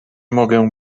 mogę